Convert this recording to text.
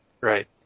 Right